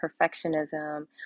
perfectionism